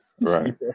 right